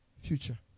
future